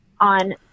on